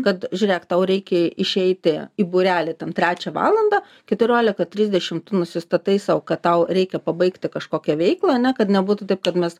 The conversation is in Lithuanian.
kad žiūrėk tau reikia išeiti į būrelį ten trečią valandą keturiolika trisdešim tu nusistatai sau kad tau reikia pabaigti kažkokią veiklą ane kad nebūtų taip kad mes